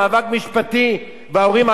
וההורים עדיין רואים את התינוק הזה.